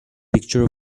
picture